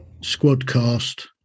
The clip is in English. Squadcast